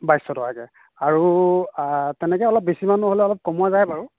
বাইশ টকাকৈ আৰু তেনেকৈ অলপ বেছি মানুহ হ'লে অলপ কমোৱা যায় বাৰু